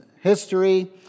history